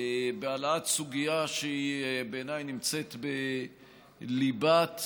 בהעלאת סוגיה שבעיניי נמצאת בליבת